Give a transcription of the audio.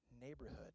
neighborhood